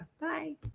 Bye